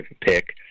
pick